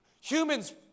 humans